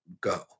go